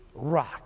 rock